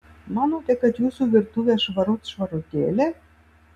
manote kad jūsų virtuvė švarut švarutėlė